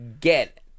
get